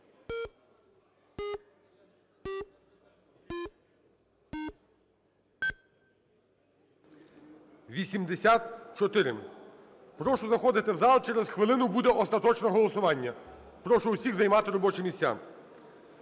За-84 Прошу заходити в зал через хвилину буде остаточне голосування. Прошу всіх займати робочі місця.